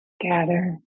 gather